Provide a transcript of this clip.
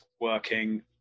working